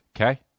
Okay